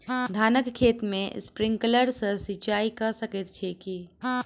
धानक खेत मे स्प्रिंकलर सँ सिंचाईं कऽ सकैत छी की?